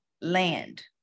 land